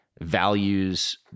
values